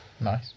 Nice